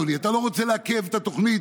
אדוני: אתה לא רוצה לעכב את התוכנית,